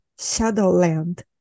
Shadowland